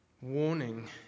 warning